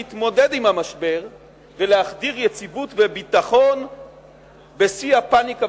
להתמודד עם המשבר ולהחדיר יציבות וביטחון בשיא הפניקה,